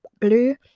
blue